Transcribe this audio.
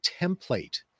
template